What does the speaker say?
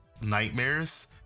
nightmares